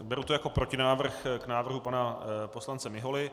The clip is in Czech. Beru to jako protinávrh k návrhu pana poslance Miholy.